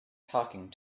talking